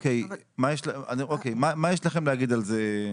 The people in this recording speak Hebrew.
מה יש לכם להגיד על זה?